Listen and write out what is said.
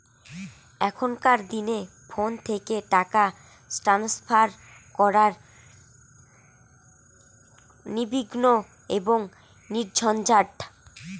এখনকার দিনে ফোন থেকে টাকা ট্রান্সফার করা নির্বিঘ্ন এবং নির্ঝঞ্ঝাট